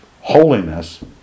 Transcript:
holiness